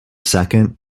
second